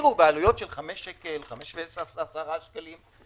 הכירו בעלויות של 5 שקלים, 5.10 שקלים.